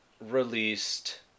released